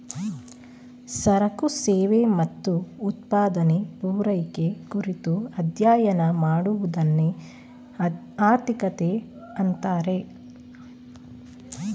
ಸರಕು ಸೇವೆ ಮತ್ತು ಉತ್ಪಾದನೆ, ಪೂರೈಕೆ ಕುರಿತು ಅಧ್ಯಯನ ಮಾಡುವದನ್ನೆ ಆರ್ಥಿಕತೆ ಅಂತಾರೆ